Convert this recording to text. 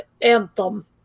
Anthem